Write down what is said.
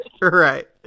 right